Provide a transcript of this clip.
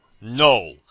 No